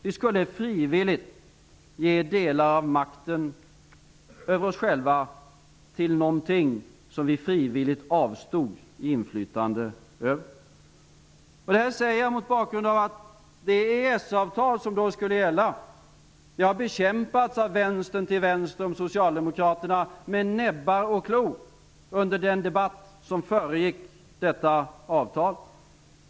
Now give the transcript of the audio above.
Vi skulle frivilligt ge delar av makten över oss själva till någonting som vi frivilligt avstod inflytande över. Detta säger jag mot bakgrund av att det EES-avtal som då skulle gälla har bekämpats av vänstern till vänster om Socialdemokraterna med näbbar och klor under den debatt som föregick avtalet.